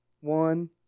One